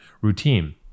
routine